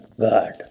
God